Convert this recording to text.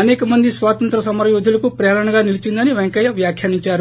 అసేకమంది స్వాతంత్ర్య సమరయోధులకు ప్రేరణగా నిలీచిందని పెంకయ్యయ వ్యాఖ్యానించారు